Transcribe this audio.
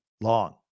long